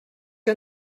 que